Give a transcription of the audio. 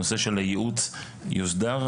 הנושא של הייעוץ יוסדר?